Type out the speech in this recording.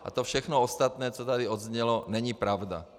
A to všechno ostatní, co tady odznělo, není pravda.